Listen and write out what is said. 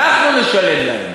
אנחנו נשלם להם.